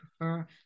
prefer